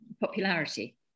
popularity